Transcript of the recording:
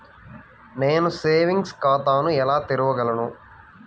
నేను సేవింగ్స్ ఖాతాను ఎలా తెరవగలను?